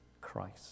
Christ